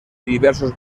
diversos